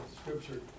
scripture